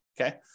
okay